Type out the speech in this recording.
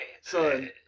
Son